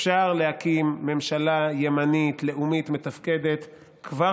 אפשר להקים ממשלה ימנית לאומית מתפקדת כבר